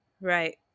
Right